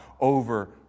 over